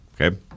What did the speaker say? Okay